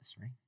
right